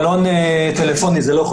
שני,